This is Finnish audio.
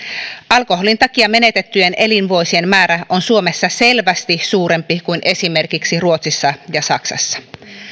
alkoholin takia menetettyjen elinvuosien määrä on suomessa selvästi suurempi kuin esimerkiksi ruotsissa ja saksassa